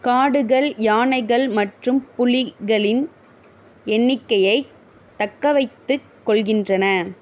காடுகள் யானைகள் மற்றும் புலிகளின் எண்ணிக்கையைத் தக்கவைத்துக் கொள்கின்றன